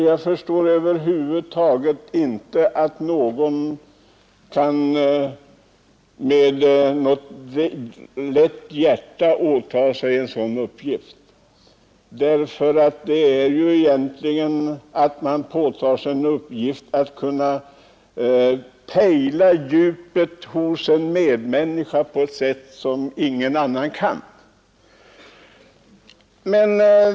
Jag förstår över huvud taget inte att någon med lätt hjärta skulle kunna ställa sig till förfogande för en sådan uppgift, för man åtar sig ju egentligen att pejla djupet hos en medmänniska på ett sätt som ingen kan.